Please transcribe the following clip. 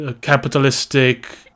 capitalistic